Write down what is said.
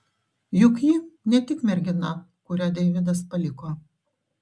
juk ji ne tik mergina kurią deividas paliko